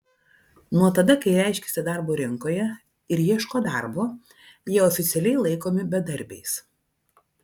nuo tada kai reiškiasi darbo rinkoje ir ieško darbo jie oficialiai laikomi bedarbiais